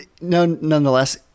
nonetheless